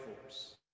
force